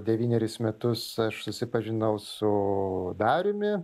devynerius metus aš susipažinau su dariumi